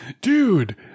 Dude